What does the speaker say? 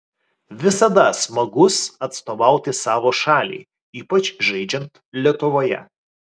visada smagus atstovauti savo šaliai ypač žaidžiant lietuvoje